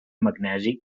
magnesi